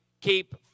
keep